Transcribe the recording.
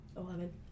Eleven